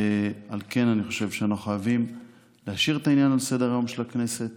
ועל כן אני חושב שאנחנו חייבים להשאיר את העניין על סדר-היום של הכנסת